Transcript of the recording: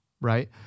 right